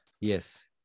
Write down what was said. Yes